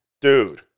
Dude